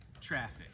traffic